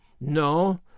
No